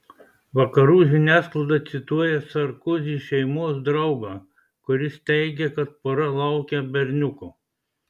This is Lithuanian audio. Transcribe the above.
vakarų žiniasklaida cituoja sarkozy šeimos draugą kuris teigia kad pora laukia berniuko